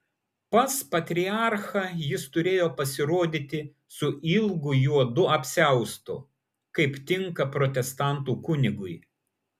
pas patriarchą jis turėjo pasirodyti su ilgu juodu apsiaustu kaip tinka protestantų kunigui